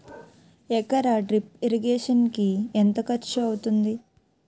ఎకర drip irrigation కి ఎంత ఖర్చు అవుతుంది?